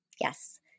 Yes